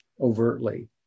overtly